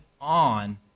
on